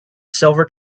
silver